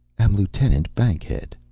am lieutenant bankhead.